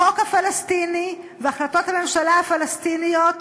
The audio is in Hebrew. החוק הפלסטיני והחלטות הממשלה הפלסטיניות